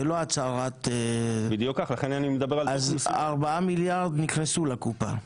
4 מיליארד נכנסו לקופה.